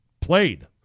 Played